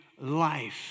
life